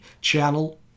channel